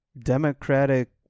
Democratic –